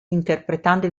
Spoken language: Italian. interpretando